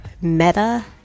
Meta